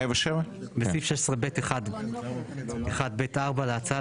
בסעיף 16(ב1)(1)(ב)(4) להצעה,